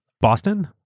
Boston